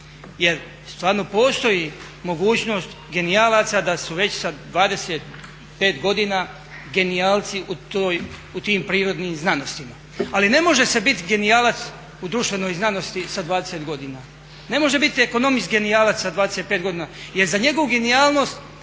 Jer stvarno postoji mogućnost genijalaca da su već sa 25 godina genijalci u tim prirodnim znanostima. Ali ne može se biti genijalac u društvenoj znanosti sa 20 godina, ne može biti ekonomist genijalac sa 25 godina jer za njegovu genijalnost